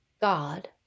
God